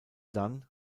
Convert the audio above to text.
dunn